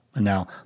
Now